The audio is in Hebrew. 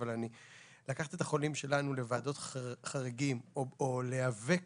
לקחת את החולים שלנו לוועדות חריגים או להיאבק